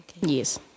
Yes